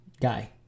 guy